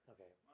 Okay